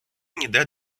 ніде